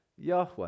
Yahweh